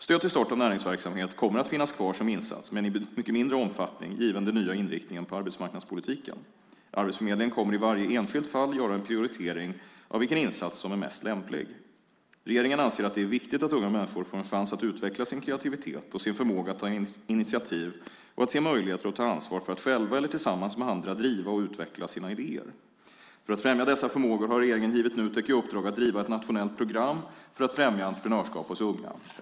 Stöd till start av näringsverksamhet kommer att finnas kvar som insats men i mycket mindre omfattning given den nya inriktningen på arbetsmarknadspolitiken. Arbetsförmedlingen kommer i varje enskilt fall att göra en prioritering av vilken insats som är mest lämplig. Regeringen anser att det är viktigt att unga människor får en chans att utveckla sin kreativitet och sin förmåga att ta initiativ och att se möjligheter och ta ansvar för att själva eller tillsammans med andra driva och utveckla sina idéer. För att främja dessa förmågor har regeringen givit Nutek i uppdrag att driva ett nationellt program för att främja entreprenörskap hos unga.